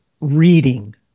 reading